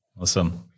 Awesome